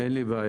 אין לי בעיה.